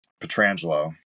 Petrangelo